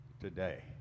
today